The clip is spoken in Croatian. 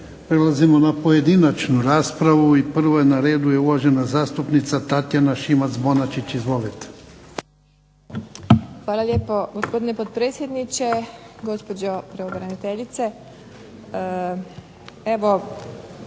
Hvala lijepo gospodine potpredsjedniče, gospođo pravobraniteljice